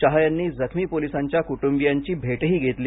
शहा यांनी जखमी पोलिसांच्या कुटुंबीयांची भेटही घेतली